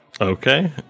Okay